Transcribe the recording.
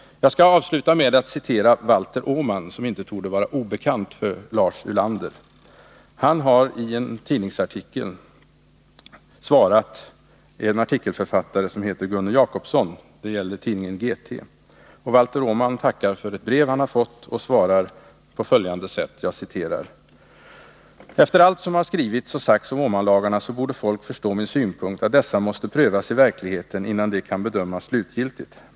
Jag skall avsluta med att citera Valter Åman, som inte torde vara obekant för Lars Ulander. I en artikel i GT citerar Gunne Jacobsson ett brev som han har fått från Valter Åman. Valter Åman har tackat för ett brev som artikelförfattaren har skrivit till honom och fortsatt på följande sätt: ”Efter allt som skrivits och sagts om Åmanlagarna så borde folk förstå min synpunkt att dessa måste prövas i verkligheten innan de kan bedömas slutgiltigt.